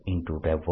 B B